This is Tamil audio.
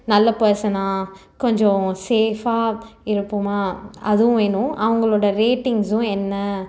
நல்ல பர்ஸானாக கொஞ்சம் சேஃபாக இருப்போமா அதுவும் வேணும் அவர்களோட ரேட்டிங்ஸும் என்ன